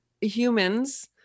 humans